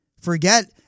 Forget